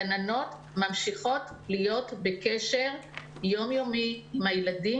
הגננות ממשיכות להיות בקשר יום יומי עם הילדים,